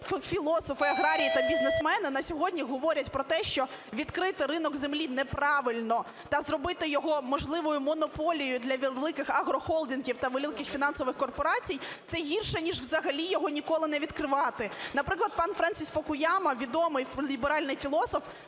філософи, аграрії та бізнесмени на сьогодні говорять про те, що відкрити ринок землі неправильно та зробити його можливою монополією для великих агрохолдингів та великих фінансових корпорацій – це гірше ніж взагалі його ніколи не відкривати. Наприклад, пан Френсіс Фукуяма, відомий ліберальний філософ,